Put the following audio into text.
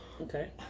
Okay